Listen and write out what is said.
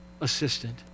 assistant